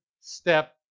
step